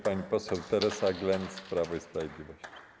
Pani poseł Teresa Glenc, Prawo i Sprawiedliwość.